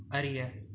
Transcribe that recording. அறிய